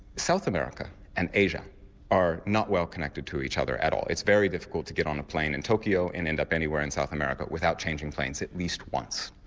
south america and asia are not well connected to each other at all, it's very difficult to get on a plane in tokyo and end up anywhere in south america without changing planes at least once.